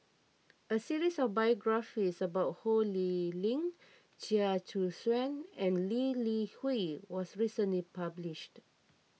a series of biographies about Ho Lee Ling Chia Choo Suan and Lee Li Hui was recently published